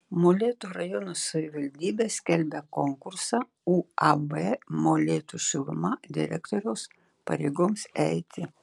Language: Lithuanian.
molėtų rajono savivaldybė skelbia konkursą uab molėtų šiluma direktoriaus pareigoms eiti